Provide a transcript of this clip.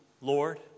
Lord